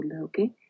okay